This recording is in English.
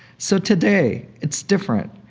so today it's different.